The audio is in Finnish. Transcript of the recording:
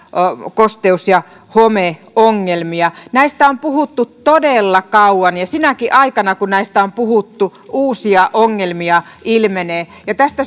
kosteus ja homeongelmia näistä on puhuttu todella kauan ja sinäkin aikana kun näistä on puhuttu uusia ongelmia ilmenee tästä